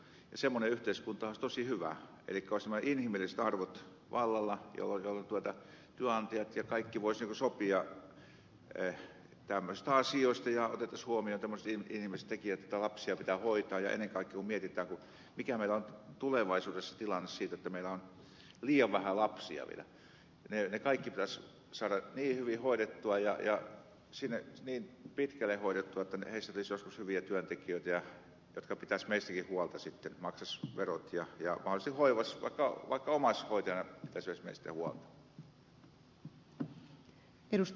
semmoinen yhteiskuntahan olisi tosi hyvä elikkä olisi tämmöiset inhimilliset arvot vallalla jolloin työnantajat ja kaikki voisivat sopia tämmöisistä asioista ja otettaisiin huomioon tämmöiset inhimilliset tekijät että lapsia pitää hoitaa ja ennen kaikkea kun mietitään mikä meillä on tulevaisuudessa tilanne siitä että meillä on vielä liian vähän lapsia niin heidät kaikki pitäisi saada niin hyvin hoidettua ja niin pitkälle hoidettua että heistä tulisi joskus hyviä työntekijöitä jotka pitäisivät meistäkin huolta sitten maksaisivat verot ja mahdollisesti hoivaisivat vaikka omaishoitajana pitäisivät meistä huolta